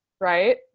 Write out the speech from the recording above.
right